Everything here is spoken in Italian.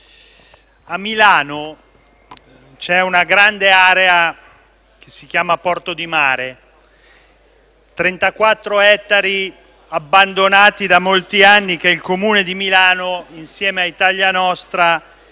a Milano c'è una grande area che si chiama Porto di Mare: 34 ettari abbandonati da molti anni che il Comune di Milano, insieme a Italia Nostra,